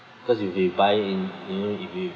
cause you'll be buying in you know if you